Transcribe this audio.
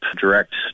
direct